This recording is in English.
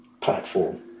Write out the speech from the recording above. platform